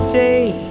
day